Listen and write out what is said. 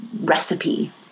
recipe